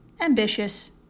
ambitious